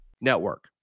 network